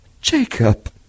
Jacob